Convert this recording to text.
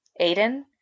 Aiden